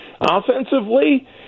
Offensively